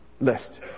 list